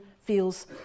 feels